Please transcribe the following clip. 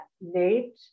Nate